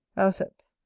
auceps.